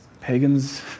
Pagans